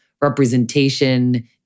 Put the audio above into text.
representation